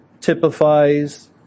typifies